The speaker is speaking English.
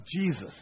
Jesus